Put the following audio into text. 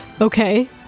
Okay